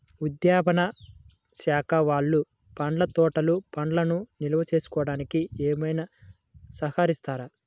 ఉద్యానవన శాఖ వాళ్ళు పండ్ల తోటలు పండ్లను నిల్వ చేసుకోవడానికి ఏమైనా సహకరిస్తారా?